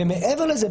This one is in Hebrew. ומעבר לזה,